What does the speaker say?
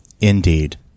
indeed